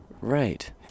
right